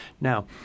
Now